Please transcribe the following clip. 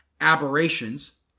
Aberrations